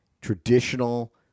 traditional